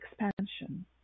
expansion